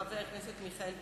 חבר הכנסת מיכאל בן-ארי,